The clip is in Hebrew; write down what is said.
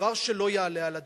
דבר שלא יעלה על הדעת.